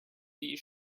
bee